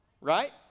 Right